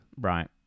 Right